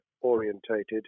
orientated